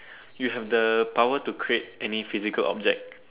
you have the power to create any physical object